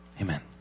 Amen